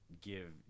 give